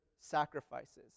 sacrifices